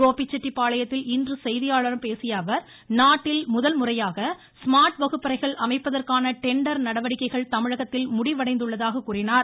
கோபிச்செட்டிப்பாளையத்தில் இன்று செய்தியாளர்களிடம் பேசியஅவர் நாட்டில் முதன்முறையாக ஸ்மார்ட் வகுப்பறைகள் அமைப்பதற்கான டெண்டர் நடவடிக்கைகள் தமிழகத்தில் முடிவடைந்துள்ளதாக கூறினார்